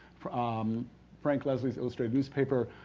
um frank leslie's illustrated newspaper,